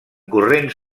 corrents